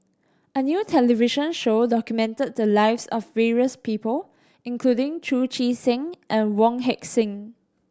a new television show documented the lives of various people including Chu Chee Seng and Wong Heck Sing